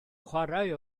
chwarae